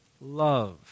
love